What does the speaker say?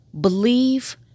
believe